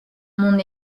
mon